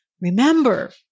Remember